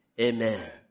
Amen